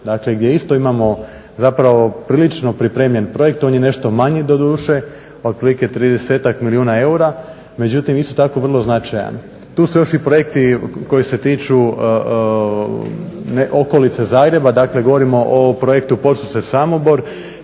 Žabno gdje isto imamo zapravo prilično pripremljen projekt. On je nešto manji doduše, otprilike 30-ak milijuna eura međutim isto tako vrlo značajan. Tu su još i projekti koji se tiču okolice Zagreba. Dakle, govorimo o projektu Podsused-Samobor